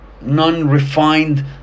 non-refined